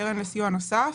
הקרן לסיוע נוסף.